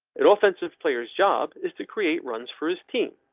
it offensive player's job is to create runs for his team,